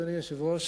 אדוני היושב-ראש,